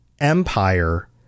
empire